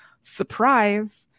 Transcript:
surprise